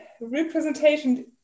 representation